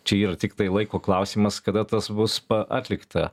čia yra tiktai laiko klausimas kada tas bus atlikta